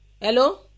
Hello